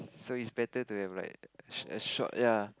so is better to have like a a short ya